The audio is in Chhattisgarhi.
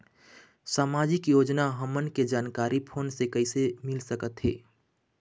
सामाजिक योजना हमन के जानकारी फोन से कइसे मिल सकत हे?